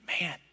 man